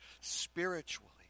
spiritually